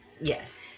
yes